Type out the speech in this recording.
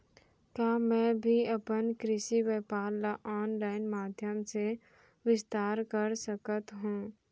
का मैं भी अपन कृषि व्यापार ल ऑनलाइन माधयम से विस्तार कर सकत हो?